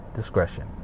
discretion